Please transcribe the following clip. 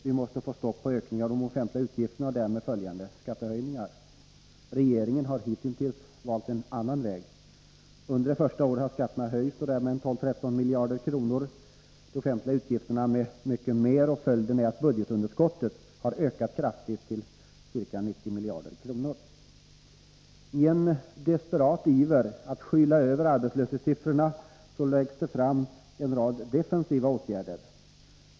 Vi måste få stopp på ökningen av de offentliga utgifterna och därmed följande skattehöjningar. Regeringen har hitintills valt en annan väg. Under dess första år har skatterna höjts med mellan 12 och 13 miljarder kronor och de offentliga utgifterna med ännu mer. Följden har blivit att budgetunderskottet har ökat kraftigt — till ca 90 miljarder kronor. I en desperat iver att skyla över arbetslöshetssiffrorna föreslår regeringen en rad defensiva åtgärder.